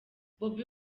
bobi